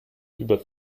über